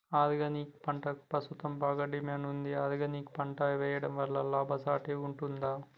Organic పంటలకు ప్రస్తుతం బాగా డిమాండ్ ఉంది ఆర్గానిక్ పంటలు వేయడం వల్ల లాభసాటి ఉంటుందా?